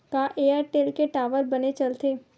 का एयरटेल के टावर बने चलथे?